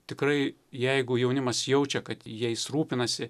tikrai jeigu jaunimas jaučia kad jais rūpinasi